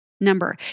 number